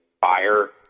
fire